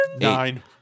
Nine